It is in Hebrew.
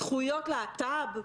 זכויות להט"ב,